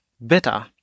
better